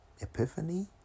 Epiphany